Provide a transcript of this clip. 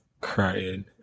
Crying